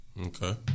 Okay